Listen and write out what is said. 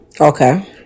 okay